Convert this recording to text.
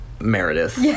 Meredith